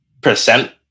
percent